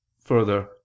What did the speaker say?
further